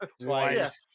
Twice